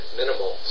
minimal